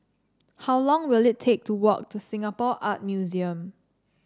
how long will it take to walk to Singapore Art Museum